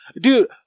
Dude